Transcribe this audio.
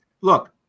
Look